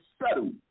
subtle